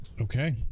Okay